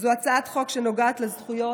החוק הזה נוגע לכולנו,